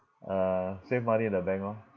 uh save money in the bank lor